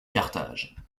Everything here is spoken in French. carthage